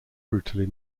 brutally